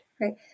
right